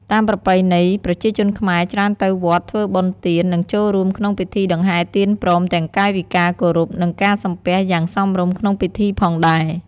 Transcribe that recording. តាមប្រពៃណី ប្រជាជនខ្មែរច្រើនទៅវត្តធ្វើបុណ្យទាន និងចូលរួមក្នុងពិធីដង្ហែទៀនព្រមទាំងកាយវិការគោរព និងការសំពះយ៉ាងសមរម្យក្នុងពីធីផងដែរ។